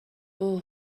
اوه